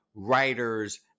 writers